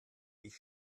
ich